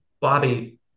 Bobby